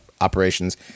operations